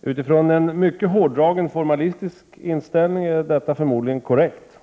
Utifrån en mycket hårdragen formalistisk inställning är detta förmodligen korrekt.